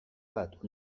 bat